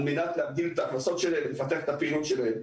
מנת להגדיל את ההכנסות שלהם ולפתח את הפעילות שלהם.